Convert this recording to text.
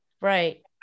Right